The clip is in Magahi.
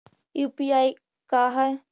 यु.पी.आई का है?